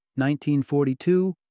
1942